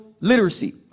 Literacy